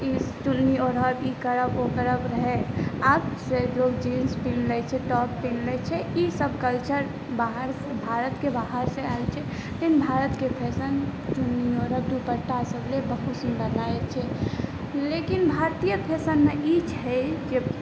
ई चुन्नी ओढ़त ई करब ओ करब रहै आब से लोक जींस पिहिन लै छै टॉप पिहिन लै छै ई सभ कलचर बाहरसे भारतके बाहरसे आयल छै लेकिन भारतके फ़ैशन चुन्नी ओढ़ब दुपट्टासभ लेब बहुत सुन्दर लागै छै लेकिन भारतीय फ़ैशनमे ई छै जे